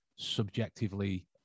subjectively